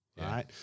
right